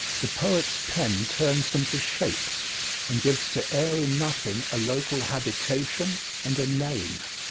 the poet's pen turns them to shapes and gives to airy nothing a local habitation and a name.